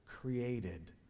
created